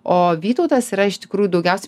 o vytautas yra iš tikrųjų daugiaus